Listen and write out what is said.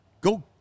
go